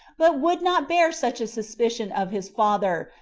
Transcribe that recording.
but would not bear such a suspicion of his father,